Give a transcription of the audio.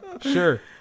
Sure